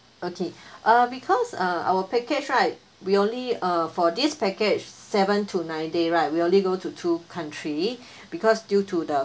okay uh because uh our package right we only uh for this package seven to nine day right we only go to two country because due to the